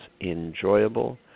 enjoyable